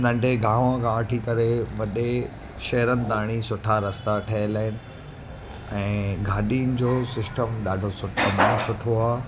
नंढे गांव खां वठी करे वॾे शहरनि ताणी सुठा रस्ता ठहियलु आहिनि ऐं गाॾियुनि जो सिस्टम ॾाढो सुठो में सुठो आहे